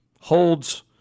holds